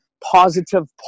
positive